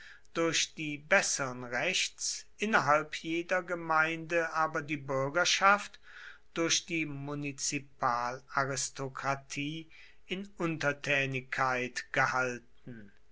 durch die besseren rechts innerhalb jeder gemeinde aber die bürgerschaft durch die munizipalaristokratie in untertänigkeit gehalten